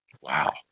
Wow